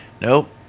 Nope